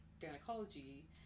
gynecology